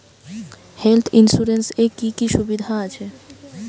Health insurance এ কি কি সুবিধা আছে?